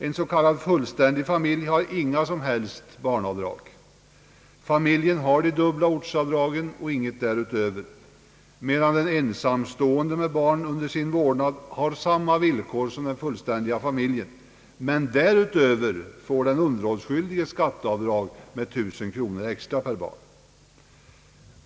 En s.k. fullständig familj har inget som helst barnavdrag. Familjen har de dubbla ortsavdragen och ingenting därutöver. Den ensamstående med barn i sin vårdnad har samma villkor som den fullständiga familjen, men därutöver får den underhållsskyldige skatteavdrag med 1000 kronor extra per barn.